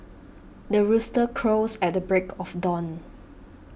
the rooster crows at the break of dawn